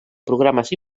programes